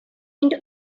into